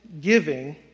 giving